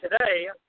today